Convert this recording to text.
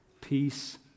peace